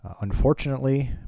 Unfortunately